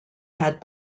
had